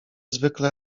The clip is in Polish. zwykle